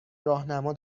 راهنما